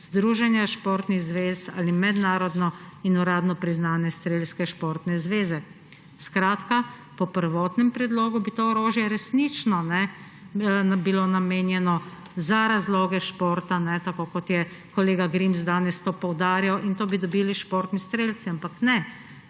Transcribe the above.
združenja športnih zvez ali mednarodno in uradno priznane Športne strelske zveze. Po prvotnem predlogu bi to orožje resnično bilo namenjeno za razloge športa, kot je kolega Grims danes to poudarjal, in to bi dobili športni strelci. Ampak ne,